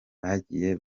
bagiye